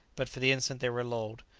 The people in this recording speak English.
but for the instant they were lulled.